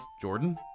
jordan